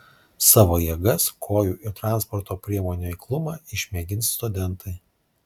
savo jėgas kojų ir transporto priemonių eiklumą išmėgins studentai